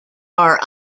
are